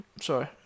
Sorry